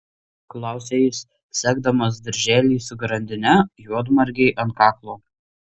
klausia jis segdamas dirželį su grandine juodmargei ant kaklo